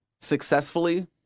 successfully